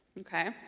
okay